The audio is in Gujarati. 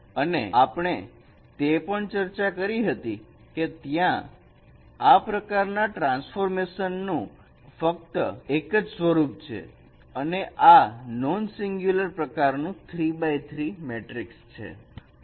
અને આપણે તે પણ ચર્ચા કરી હતી કે ત્યાં આ પ્રકારના ટ્રાન્સફોર્મેશન નું ફક્ત એક જ સ્વરૂપ છે અને આ નોન સિંગ્યુલર પ્રકારનું 3 X 3 મેટ્રિકસ છે